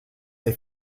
they